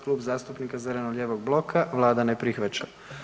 Klub zastupnika zeleno-lijevog bloka, Vlada ne prihvaća.